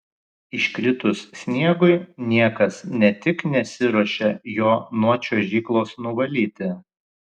iškritus sniegui niekas ne tik nesiruošia jo nuo čiuožyklos nuvalyti